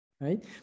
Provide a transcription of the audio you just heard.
right